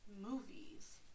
Movies